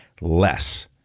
less